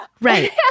Right